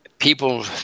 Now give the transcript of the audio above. People